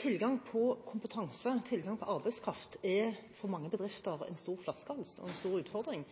Tilgang på kompetanse og arbeidskraft er for mange bedrifter en stor flaskehals og en stor utfordring,